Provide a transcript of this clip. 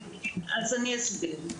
אסביר.